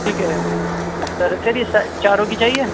ٹھیک ہے سر اچھا جی چاروں کی چاہیے